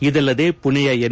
ಇದಲ್ಲದೇ ಪುಣೆಯ ಎನ್